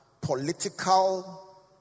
political